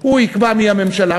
הוא יקבע מי הממשלה,